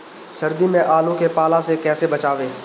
सर्दी में आलू के पाला से कैसे बचावें?